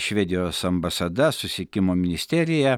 švedijos ambasada susisiekimo ministerija